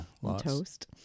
Toast